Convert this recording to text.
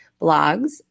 blogs